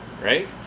right